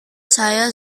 saya